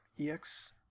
EX